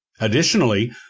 Additionally